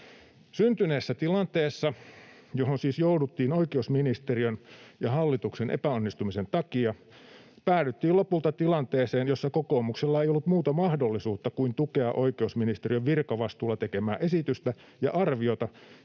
Syntyneessä tilanteessa, johon siis jouduttiin oikeusministeriön ja hallituksen epäonnistumisen takia, päädyttiin lopulta tilanteeseen, jossa kokoomuksella ei ollut muuta mahdollisuutta kuin tukea oikeusministeriön virkavastuulla tekemää esitystä ja arviota,